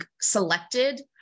selected